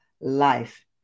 life